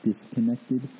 disconnected